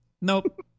nope